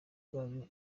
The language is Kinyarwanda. gaju